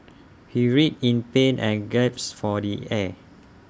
he writhed in pain and gasped for the air